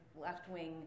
left-wing